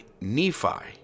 Nephi